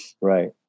Right